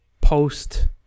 post-